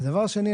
דבר שני,